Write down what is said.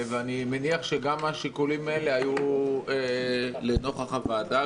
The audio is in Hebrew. אני מניח שגם השיקולים האלה היו לנוכח הוועדה,